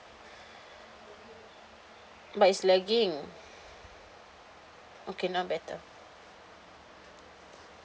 but it's lagging okay now better